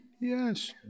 Yes